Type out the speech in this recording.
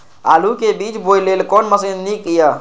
आलु के बीज बोय लेल कोन मशीन नीक ईय?